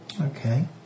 Okay